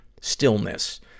stillness